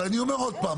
אבל אני אומר עוד פעם,